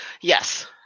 Yes